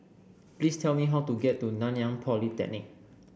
please tell me how to get to Nanyang Polytechnic